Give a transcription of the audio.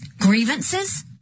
Grievances